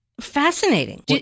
fascinating